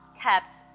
kept